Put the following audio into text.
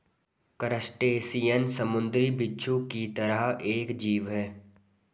crustacean समुंद्री बिच्छू की तरह एक जीव है